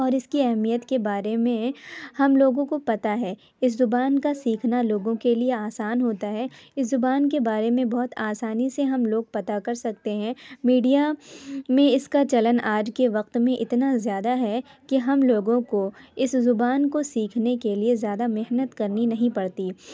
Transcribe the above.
اور اس کی اہمیت کے بارے میں ہم لوگوں کو پتہ ہے اس زبان کا سیکھنا لوگوں کے لیے آسان ہوتا ہے اس زبان کے بارے میں بہت آسانی سے ہم لوگ پتہ کر سکتے ہیں میڈیا میں اس کا چلن آج کے وقت میں اتنا زیادہ ہے کہ ہم لوگوں کو اس زبان کو سیکھنے کے لیے زیادہ محنت کرنی نہیں پڑتی